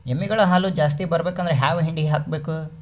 ಎಮ್ಮಿ ಗಳ ಹಾಲು ಜಾಸ್ತಿ ಬರಬೇಕಂದ್ರ ಯಾವ ಹಿಂಡಿ ಹಾಕಬೇಕು?